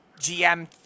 GM